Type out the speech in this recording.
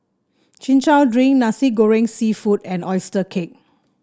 Chin Chow Drink Nasi Goreng seafood and oyster cake